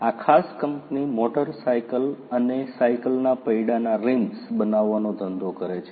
આ ખાસ company motorcycle અને સાયકલનાં પૈડાંનાં રિમ્સ બનાવવાનો ધંધો કરે છે